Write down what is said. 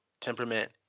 temperament